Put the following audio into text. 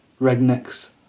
rednecks